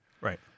Right